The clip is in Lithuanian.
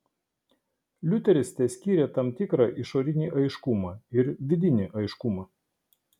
liuteris teskyrė tam tikrą išorinį aiškumą ir vidinį aiškumą